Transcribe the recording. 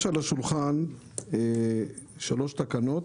יש על השולחן שלוש תקנות